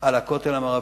על הכותל המערבי.